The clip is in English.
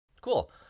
cool